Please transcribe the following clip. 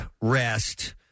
rest